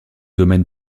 domaine